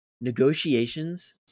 negotiations